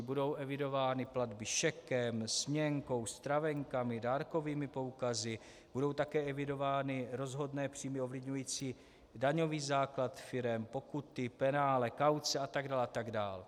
Budou evidovány platby šekem, směnkou, stravenkami, dárkovými poukazy, budou také evidovány rozhodné příjmy ovlivňující daňový základ firem, pokuty, penále, kauce a tak dále a tak dále.